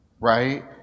Right